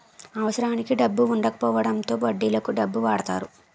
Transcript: అవసరానికి డబ్బు వుండకపోవడంతో వడ్డీలకు డబ్బు వాడతారు